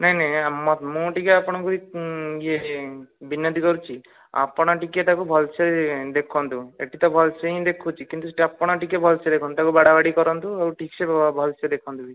ନାଇଁ ନାଇଁ ମୁଁ ଟିକେ ଆପଣଙ୍କୁ ଇଏ ବିନତି କରୁଛି ଆପଣ ଟିକେ ତାକୁ ଭଲ ରେ ଦେଖନ୍ତୁ ଏଠି ତ ଭଲ ରେ ଦେଖୁଛି କିନ୍ତୁ ଆପଣ ଟିକେ ଭଲରେ ଦେଖନ୍ତୁ ତାକୁ ବାଡ଼ବାଡ଼ି କରନ୍ତୁ ଠିକ ରେ ଭଲରେ ଦେଖନ୍ତୁ ବି